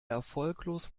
erfolglos